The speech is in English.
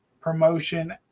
promotion